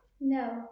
No